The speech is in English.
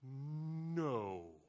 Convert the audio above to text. No